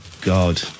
God